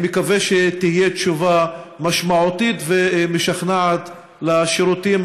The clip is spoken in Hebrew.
אני מקווה שתהיה תשובה משמעותית ומשכנעת לשירותים